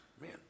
Man